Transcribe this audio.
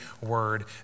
word